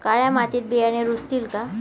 काळ्या मातीत बियाणे रुजतील का?